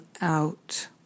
out